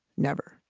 never.